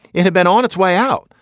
it had been on its way out,